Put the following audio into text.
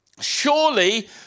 Surely